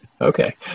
Okay